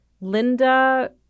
Linda